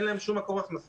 אין להם שום מקור הכנסה.